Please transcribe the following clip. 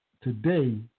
today